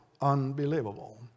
Unbelievable